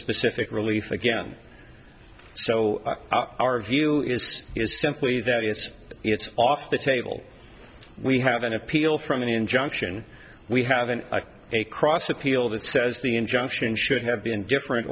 specific relief again so our view is is simply that it's it's off the table we have an appeal from an injunction we have an a cross appeal that says the injunction should have been different